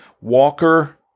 Walker